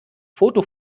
foto